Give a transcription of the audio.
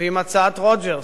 ועם הצעת רוג'רס?